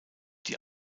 die